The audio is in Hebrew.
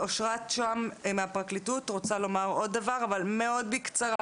אושרת שהם מהפרקליטות רוצה לומר דבר נוסף בקצרה.